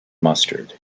mustard